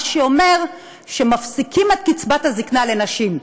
מה שאומר שמפסיקים את קצבת הזקנה לנשים.